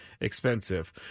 expensive